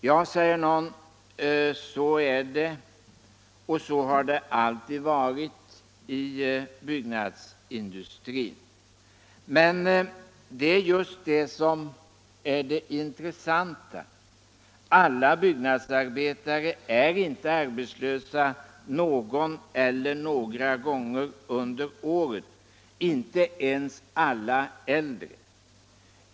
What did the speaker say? Ja, säger någon, så är det och så har det alltid varit i byggnadsindustrin. Men det är just det som är det intressanta: alla byggnadsarbetare är inte arbetslösa någon eller några gånger under året, inte ens alla äldre.